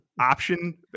option